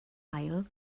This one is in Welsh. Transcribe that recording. ail